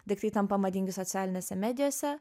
daiktai tampa madingi socialinėse medijose